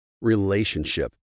relationship